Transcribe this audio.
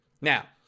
Now